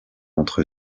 entre